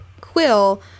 Quill